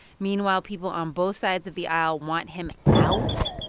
meanwhile, people on both sides of the aisle want him out,